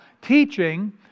teaching